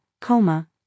coma